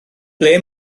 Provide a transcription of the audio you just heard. ble